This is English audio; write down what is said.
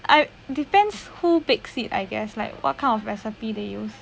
I depends who bake seed I guess like what kind of recipe they use